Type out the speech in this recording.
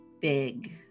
big